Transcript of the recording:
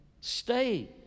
Stay